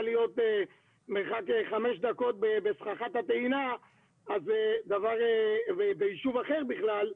להיות במרחק של 5 דקות בסככת הטעינה ביישוב אחר בכלל,